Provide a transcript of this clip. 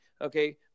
Okay